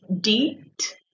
DEET